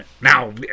Now